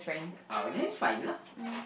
oh then it's fine lah